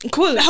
Cool